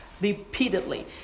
repeatedly